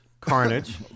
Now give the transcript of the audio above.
Carnage